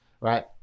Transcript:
right